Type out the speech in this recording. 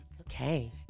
Okay